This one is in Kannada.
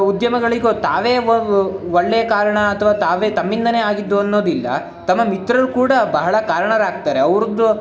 ಉದ್ಯಮಗಳಿಗೂ ತಾವೇ ಒಳ್ಳೆಯ ಕಾರಣ ಅಥವಾ ತಾವೇ ತಮ್ಮಿಂದಲೇ ಆಗಿದ್ದು ಅನ್ನೋದಿಲ್ಲ ತಮ್ಮ ಮಿತ್ರರೂ ಕೂಡ ಬಹಳ ಕಾರಣರಾಗ್ತಾರೆ ಅವ್ರದ್ದು